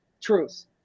truth